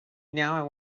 now